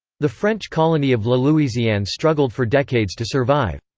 the french colony of la louisiane struggled for decades to survive.